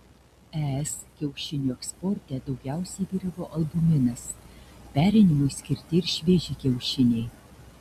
es kiaušinių eksporte daugiausiai vyravo albuminas perinimui skirti ir švieži kiaušiniai